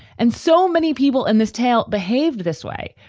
and so many people in this tale behaved this way.